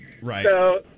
Right